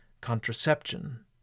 contraception